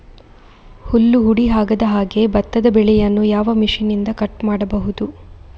ಹುಲ್ಲು ಹುಡಿ ಆಗದಹಾಗೆ ಭತ್ತದ ಬೆಳೆಯನ್ನು ಯಾವ ಮಿಷನ್ನಿಂದ ಕಟ್ ಮಾಡಬಹುದು?